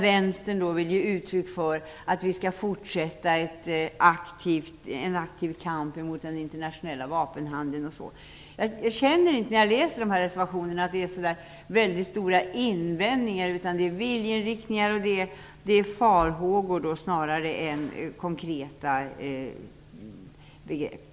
Vänstern vill ge uttryck för att vi skall fortsätta en aktiv kamp mot den internationella vapenhandeln. Jag känner inte när jag läser dessa reservationer att de gäller så väldigt stora invändningar, utan det är viljeinriktningar och farhågor snarare än konkreta begrepp.